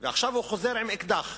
ועכשיו הוא חוזר עם אקדח,